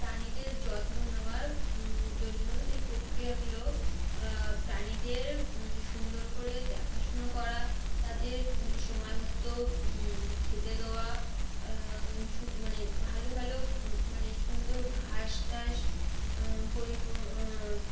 প্রাণীদের যত্ন নেওয়ার জন্য যে প্রক্রিয়াগুলো প্রাণীদের সুন্দর করে দেখাশুনো করা তাদের সময় মতো খেতে দেওয়া মানে ভালো ভালো মানে সুন্দর ঘাস টাস পরি